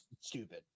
stupid